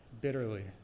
bitterly